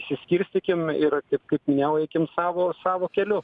išsiskirstykim ir kaip minėjau eikim savo savo keliu